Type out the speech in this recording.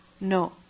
No